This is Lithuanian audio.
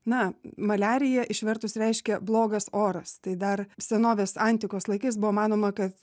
na maliarija išvertus reiškia blogas oras tai dar senovės antikos laikais buvo manoma kad